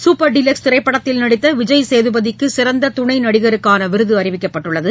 super deluxe திரைப்படத்தில் நடித்தவிஜய் சேதுபதிக்குசிறந்துதுணைநடிக்கருக்கானவிருதுஅறிவிக்கப்பட்டுள்ளது